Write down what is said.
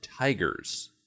Tigers